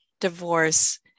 divorce